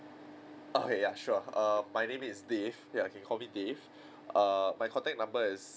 okay ya sure err my name is dave ya you can call me dave err my contact number is